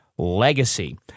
Legacy